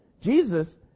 Jesus